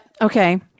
okay